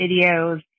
videos